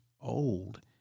old